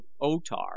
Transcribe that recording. O-Tar